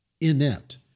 inept